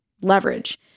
leverage